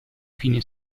fine